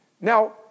Now